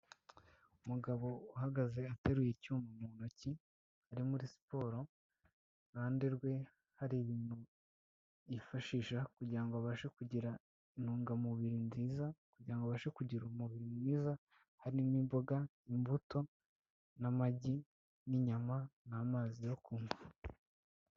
Umugabo uhagaze ateruye icyuma mu ntoki ari muri siporo, iruhande rwe hari ibintu yifashisha kugirango abashe kugira intungamubiri nziza, kugirango abashe kugira umubiri mwiza, harimo imboga, imbuto, n'amagi, n'inyama n'amazi yo kunywa.